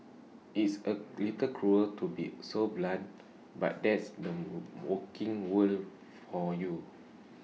it's A little cruel to be so blunt but that's the working world for you